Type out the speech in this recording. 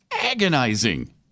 agonizing